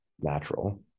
natural